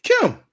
Kim